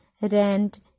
rent